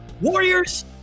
Warriors